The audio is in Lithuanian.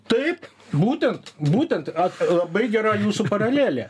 taip būtent būtent aš labai gera jūsų paralelė